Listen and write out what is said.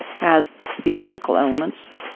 has the optical elements,